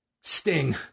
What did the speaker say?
Sting